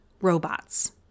robots